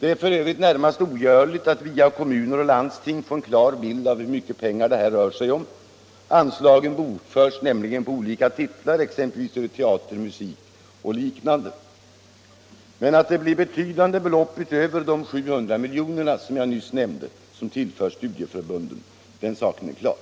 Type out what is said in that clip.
Det är f. ö. närmast ogörligt att via kommuner och landsting få en klar bild av hur mycket pengar det rör sig om i dessa sammanhang. Anslagen bokförs nämligen på olika titlar, exempelvis över teater, musik och liknande. Det blir betydande belopp utöver de 700 milj.kr. som jag nyss nämnde — den saken är klar.